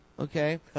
Okay